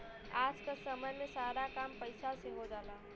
आज क समय में सारा काम पईसा से हो जाला